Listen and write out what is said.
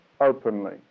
openly